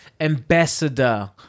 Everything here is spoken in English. ambassador